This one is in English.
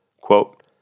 Quote